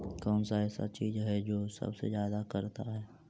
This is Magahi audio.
कौन सा ऐसा चीज है जो सबसे ज्यादा करता है?